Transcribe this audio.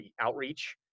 outreach